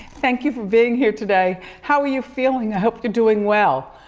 thank you for being here today. how are you feeling? i hope you're doing well.